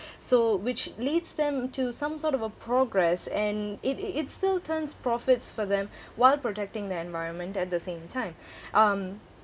so which leads them to some sort of a progress and it it it's still turns profits for them while protecting the environment at the same time um